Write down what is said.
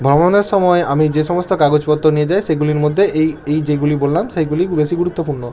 ভ্রমণের সময় আমি যে সমস্ত কাগজপত্র নিয়ে যাই সেগুলির মধ্যে এই এই যেগুলি বললাম সেইগুলি বেশি গুরুত্বপূর্ণ